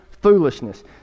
foolishness